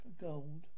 Gold